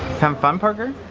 um fun, parker?